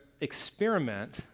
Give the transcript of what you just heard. experiment